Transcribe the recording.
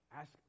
Ask